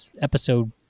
episode